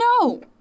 No